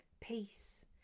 Peace